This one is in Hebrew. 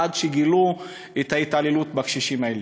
עד שגילו את ההתעללות בקשישים האלה.